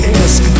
ask